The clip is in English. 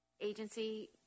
agency